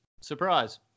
Surprise